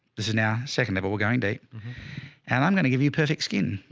this is now second level. we're going deep and i'm going to give you perfect skin.